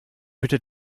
bitte